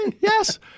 Yes